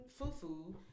fufu